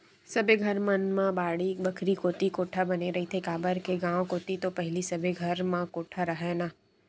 सबे घर मन म बाड़ी बखरी कोती कोठा बने रहिथे, काबर के गाँव कोती तो पहिली सबे के घर म कोठा राहय ना